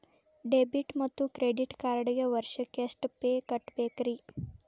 Debit ಮತ್ತು credit ಕಾರ್ಡ್ಗೆ ವರ್ಷಕ್ಕ ಎಷ್ಟ ಫೇ ಕಟ್ಟಬೇಕ್ರಿ?